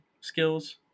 skills